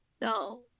no